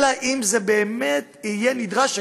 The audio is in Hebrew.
אלא אם כן זה באמת יהיה נדרש,